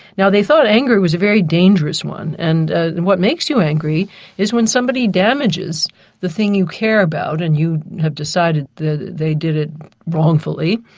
now they thought anger was a very dangerous one, and and what makes you angry is when somebody damages the thing you care about and you have decided they did it wrongfully,